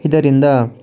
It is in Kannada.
ಇದರಿಂದ